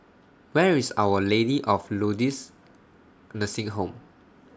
Where IS Our Lady of Lourdes Nursing Home